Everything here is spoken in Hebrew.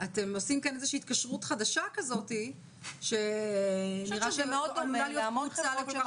אתם עושים כאן איזו התקשרות חדשה שנראה שמאוד דומה --- בעיות,